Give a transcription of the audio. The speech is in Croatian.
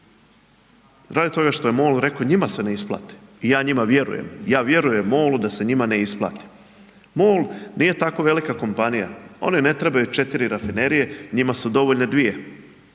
Radi toga što je MOL rekao, njima se ne isplati i ja njima vjerujem, ja vjerujem MOL-u da se njima ne isplati. MOL nije tako velika kampanja, oni ne trebaju 4 rafinerije, njima su dovoljne dvije,